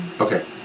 Okay